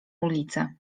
ulicę